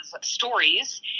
stories